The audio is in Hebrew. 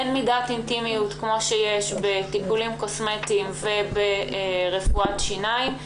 על כך שאין מידת אינטימיות כמו שיש בטיפולים קוסמטיים וברפואת שיניים.